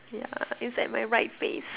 K lah it's at my right face